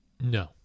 No